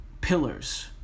pillars